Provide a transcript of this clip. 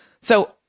So-